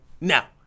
now